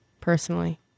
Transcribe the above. personally